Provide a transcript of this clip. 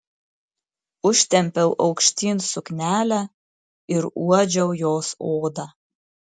užtempiau aukštyn suknelę ir uodžiau jos odą